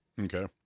Okay